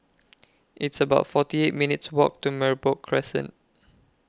It's about forty eight minutes' Walk to Merbok Crescent